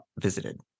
visited